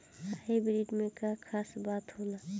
Hybrid में का खास बात होला?